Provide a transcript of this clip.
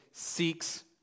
seeks